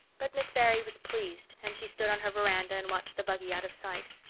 but miss barry was pleased, and she stood on her veranda and watched the buggy out of sight.